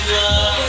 love